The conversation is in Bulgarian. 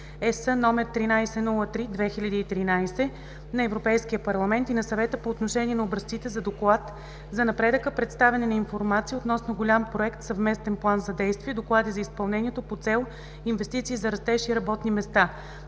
(ЕС) № 1303/2013 на Европейския парламент и на Съвета по отношение на образците за доклад за напредъка, представяне на информация относно голям проект, съвместен план за действие, доклади за изпълнението по цел „Инвестиции за растеж и работни места“,